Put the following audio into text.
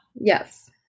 Yes